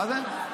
מה זה?